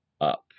up